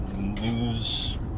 news